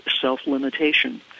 self-limitation